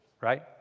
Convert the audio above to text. Right